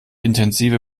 intensive